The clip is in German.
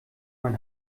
mein